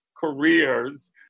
careers